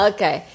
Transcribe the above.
Okay